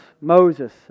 Moses